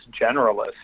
generalist